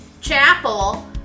chapel